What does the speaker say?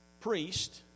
priest